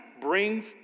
brings